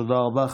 תודה רבה.